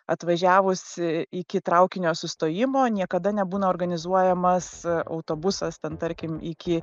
atvažiavus iki traukinio sustojimo niekada nebūna organizuojamas autobusas ten tarkim iki